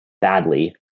badly